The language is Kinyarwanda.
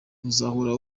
uzahora